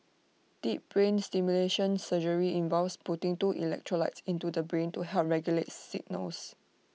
deep brain stimulation surgery involves putting two electrodes into the brain to help regulate the signals